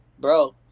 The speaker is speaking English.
bro